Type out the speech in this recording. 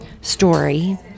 story